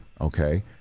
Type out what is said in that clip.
okay